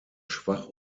schwach